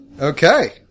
Okay